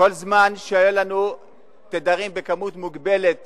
כל זמן שהיו לנו תדרים בכמות מוגבלת